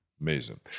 amazing